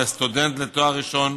לסטודנט לתואר ראשון,